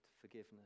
forgiveness